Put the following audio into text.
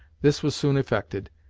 this was soon effected,